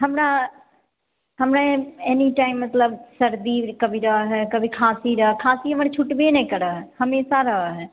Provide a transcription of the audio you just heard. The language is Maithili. हमरा हमरा एनी टाइम मतलब सर्दी कभी रहऽ हय कभी खाँसी रहऽ खाँसी हमर छुटबे नै करऽ हमेशा रहऽ हय